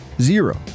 zero